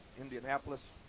Indianapolis